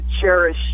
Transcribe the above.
cherish